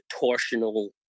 torsional